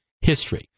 history